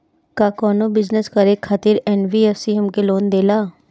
का कौनो बिजनस करे खातिर एन.बी.एफ.सी हमके लोन देला?